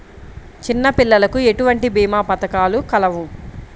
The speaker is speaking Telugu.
చిన్నపిల్లలకు ఎటువంటి భీమా పథకాలు కలవు?